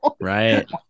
Right